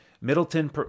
Middleton